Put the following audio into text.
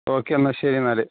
okay എന്നാൽ ശരി എന്നാൽ